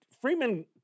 Freeman